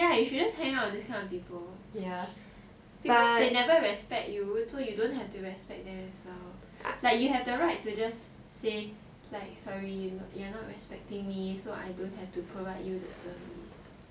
ya he should just hang up these type of people because they never respect you so you don't have to respect them as well like you have the right to just say like sorry you're not respecting me so I don't have to provide you with the service